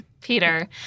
Peter